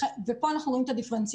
כאן אנחנו רואים את הדיפרנציאציה,